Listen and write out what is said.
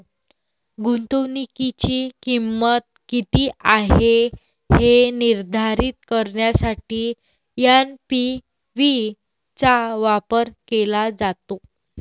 गुंतवणुकीची किंमत किती आहे हे निर्धारित करण्यासाठी एन.पी.वी चा वापर केला जातो